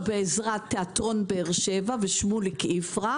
בעזרת תיאטרון באר שבע ושמוליק יפרח,